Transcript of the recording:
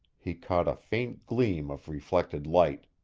he caught a faint gleam of reflected light.